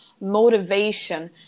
motivation